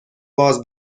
باز